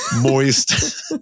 moist